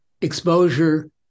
exposure